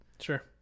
sure